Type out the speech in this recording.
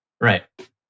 Right